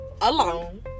alone